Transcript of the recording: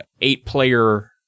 eight-player